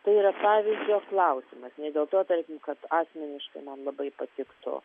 tai yra pavyzdžio klausimas ne dėl to tarkim kad asmeniškai man labai patiktų